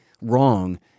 wrong